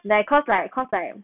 like cause like cause like